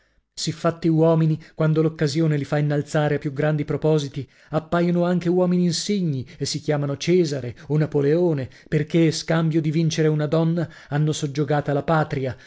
volontà siffatti uomini quando l'occasione li fa innalzare a più grandi propositi appaiono anche uomini insigni e si chiamano cesare o napoleone perchè scambio di vincere una donna hanno soggiogata la patria